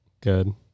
good